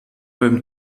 beim